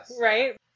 right